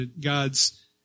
God's